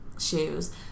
shoes